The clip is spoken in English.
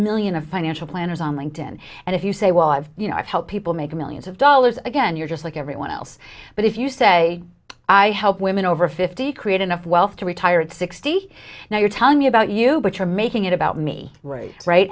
million of financial planners on linked in and if you say well i've you know i've helped people make millions of dollars again you're just like everyone else but if you say i help women over fifty create enough wealth to retire at sixty now you're telling me about you but you're making it about me right